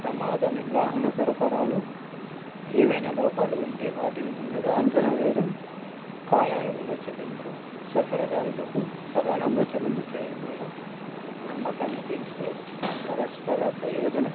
ప్రమాద నిర్వాహణ సరఫరాలు ఏవైనా లోపాలు ఉంటే వాటిని ముందుగా అంచన వేయడం కాలానుగుణ చెల్లింపులు సరఫరా దారులకు సకాలంలో చెల్లింపు చెయ్యడం వల్ల నమ్మకాన్ని పెంచుకోవచ్చు పరస్పర ప్రయోజనం